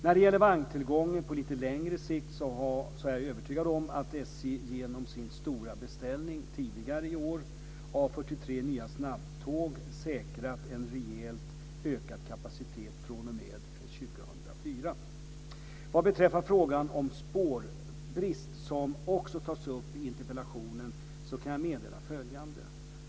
När det gäller vagntillgången på lite längre sikt är jag övertygad om att SJ genom sin stora beställning tidigare i år av 43 nya snabbtåg säkrat en rejält ökad kapacitet fr.o.m. år 2004. Vad beträffar frågan om spårbrist, som också tas upp i interpellationen, kan jag meddela följande.